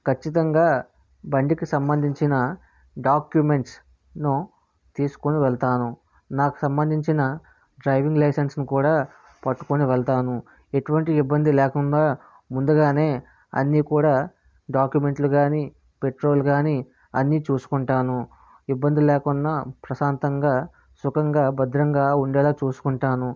ఖచ్చితంగా బండికి సంబంధించిన డాక్యుమెంట్స్ను తీసుకొని వెళ్తాను నాకు సంబంధించిన డ్రైవింగ్ లైసెన్స్ను కూడా పట్టుకుని వెళ్తాను ఎటువంటి ఇబ్బంది లేకుండా ముందుగా అన్నీ కూడా డాక్యుమెంట్లు కానీ పెట్రోల్ కానీ అన్ని చూసుకుంటాను ఇబ్బందులు లేకుండా ప్రశాంతంగా సుఖంగా భద్రంగా ఉండేలాగా చూసుకుంటాను